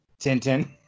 Tintin